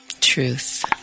truth